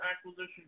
acquisition